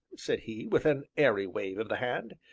said he, with an airy wave of the hand,